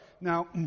Now